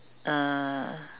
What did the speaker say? uh